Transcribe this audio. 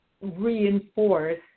reinforce